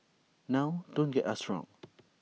now don't get us wrong